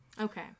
Okay